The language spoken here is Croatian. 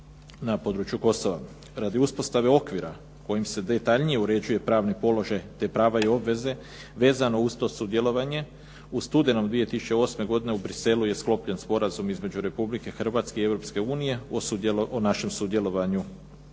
na području Kosova. Radi uspostave okvira kojim se detaljnije uređuje pravni položaj, te prava i obveze vezano uz to sudjelovanje u studenom 2008. godine u Bruxellesu je sklopljen sporazum između Republike Hrvatske i Europske unije o našem sudjelovanju